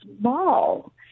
small